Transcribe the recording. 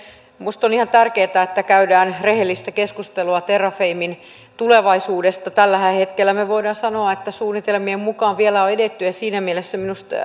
minusta on ihan tärkeätä että käydään rehellistä keskustelua terrafamen tulevaisuudesta tällä hetkellähän me voimme sanoa että suunnitelmien mukaan vielä on edetty ja siinä mielessä minusta